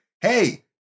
hey